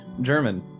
German